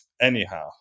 Anyhow